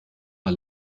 war